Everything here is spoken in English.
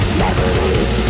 memories